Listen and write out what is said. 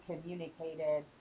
communicated